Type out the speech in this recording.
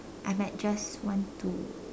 I might just want to